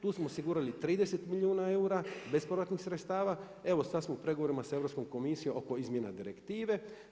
Tu smo osigurali 30 milijuna eura, bespovratnih sredstava, evo sad samo s pregovorima sa Europskom komisijom oko izmjena direktive.